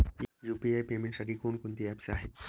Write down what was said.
UPI पेमेंटसाठी कोणकोणती apps आहेत?